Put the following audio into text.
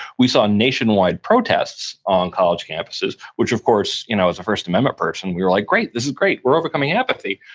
we saw nationwide protests on college campuses, which, of course, you know as a first amendment person, we were like, great, this is great. we're overcoming apathy.